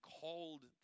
called